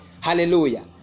hallelujah